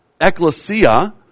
ecclesia